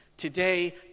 Today